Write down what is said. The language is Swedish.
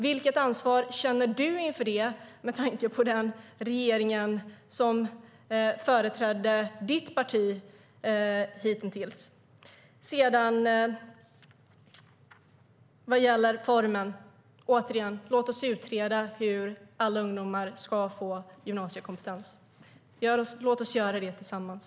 Vilket ansvar känner du inför detta, med tanke på den regering som företrätt ditt parti hitintills? Sedan gäller det formen. Återigen: Låt oss utreda hur alla ungdomar ska få gymnasiekompetens! Låt oss göra det tillsammans!